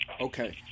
Okay